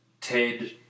Ted